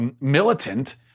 militant